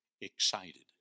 excited